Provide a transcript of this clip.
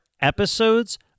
episodes